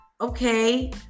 okay